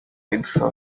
idusaba